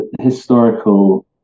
historical